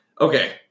Okay